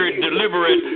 deliberate